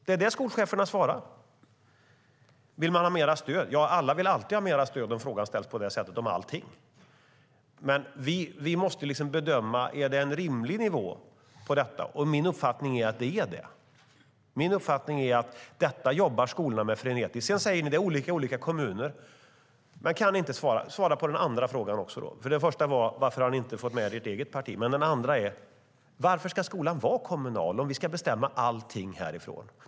Det är vad skolcheferna svarar. Vill man ha mer stöd? Ja, om frågan ställs på det sättet vill alla alltid ha mer stöd i allting. Vi måste bedöma om det är en rimlig nivå på stödet. Min uppfattning är att det är det. Min uppfattning är också att skolorna jobbar frenetiskt med detta. Ni säger sedan att det är olika i olika kommuner. Svara då även på den andra frågan. Den första var: Varför har ni inte fått med ert eget parti? Den andra frågan är: Varför ska skolan vara kommunal om vi ska bestämma allting härifrån?